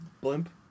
blimp